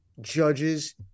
judges